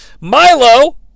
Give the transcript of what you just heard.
Milo